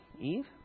Eve